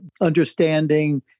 understanding